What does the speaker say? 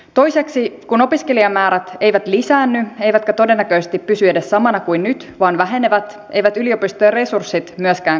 toiseksi kun opiskelijamäärät eivät lisäänny eivätkä todennäköisesti pysy edes samana kuin nyt vaan vähenevät eivät yliopistojen resurssit myöskään kasva